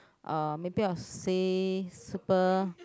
uh maybe I'll say super